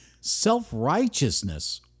self-righteousness